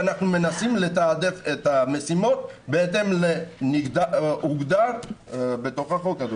ואנחנו מנסים לתעדף את המשימות בהתאם למה שהוגדר בתוך החוק.